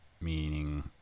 meaning